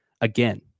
again